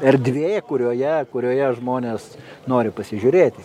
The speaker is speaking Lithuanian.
erdvė kurioje kurioje žmonės nori pasižiūrėti